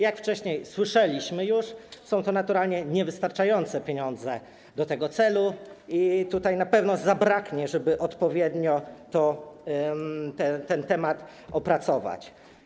Jak już wcześniej słyszeliśmy, są to naturalnie niewystarczające pieniądze do tego celu i na pewno ich zabraknie, żeby odpowiednio ten temat opracować.